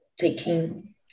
taking